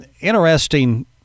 interesting